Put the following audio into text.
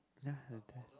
ya later